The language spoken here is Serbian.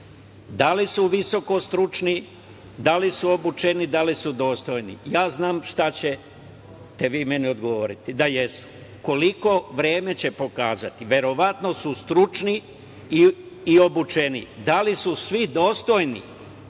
Da li su visokostručni, da li su obučeni, da li su dostojni? Ja znam šta ćete vi meni odgovoriti, da jesu. Koliko? Vreme će pokazati. Verovatno su stručni i obučeni. Da li su svi dostojni?